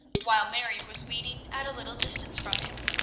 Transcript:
while mary was weeding at a little distance from him.